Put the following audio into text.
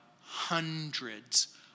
hundreds